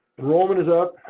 enrollment is up.